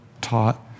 taught